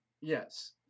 yes